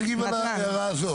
תרחיב על ההערה הזאת.